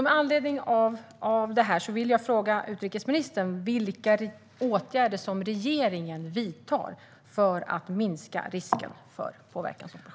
Med anledning av detta frågar jag utrikesministern: Vilka åtgärder vidtar regeringen för att minska risken för påverkansoperationer?